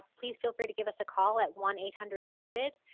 please feel free to give us a call at one eight hundred devoted.